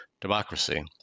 democracy